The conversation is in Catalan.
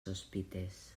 sospites